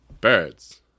birds